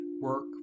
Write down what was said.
work